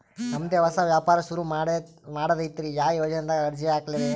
ನಮ್ ದೆ ಹೊಸಾ ವ್ಯಾಪಾರ ಸುರು ಮಾಡದೈತ್ರಿ, ಯಾ ಯೊಜನಾದಾಗ ಅರ್ಜಿ ಹಾಕ್ಲಿ ರಿ?